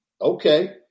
okay